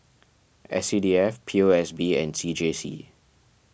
S C D F P O S B and C J C